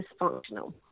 dysfunctional